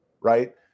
right